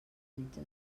metge